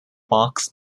box